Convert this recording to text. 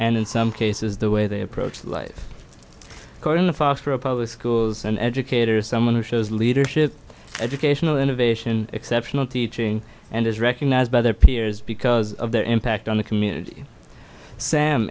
and in some cases the way they approach life according to foster a public schools an educator someone who shows leadership educational innovation exceptional teaching and is recognized by their peers because of their impact on the community sam